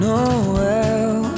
Noel